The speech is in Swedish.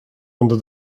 under